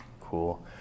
Cool